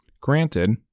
Granted